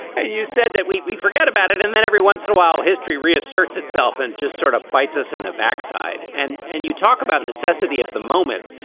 ah you said that we we forget about it. and then every once in a while, history reasserts itself and just sort of bites us in the backside. and and you talk about necessity of the moment,